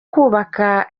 kubaka